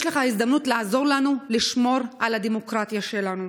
יש לך הזדמנות לעזור לנו לשמור על הדמוקרטיה שלנו.